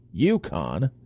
UConn